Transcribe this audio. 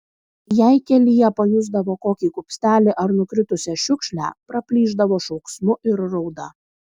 jei kelyje pajusdavo kokį kupstelį ar nukritusią šiukšlę praplyšdavo šauksmu ir rauda